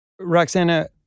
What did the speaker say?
Roxana